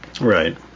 Right